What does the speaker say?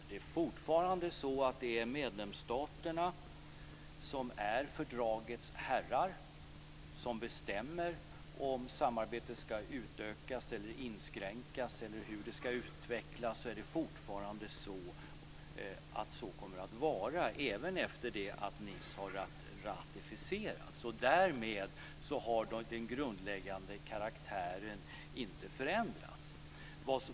Det är fortfarande medlemsstaterna som är fördragets herrar som bestämmer om samarbetet ska utökas eller inskränkas eller hur det ska utvecklas, och så kommer det att vara även efter det att Nicefördraget har ratificerats. Därmed har den grundläggande karaktären inte förändrats.